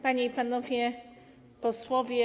Panie i Panowie Posłowie!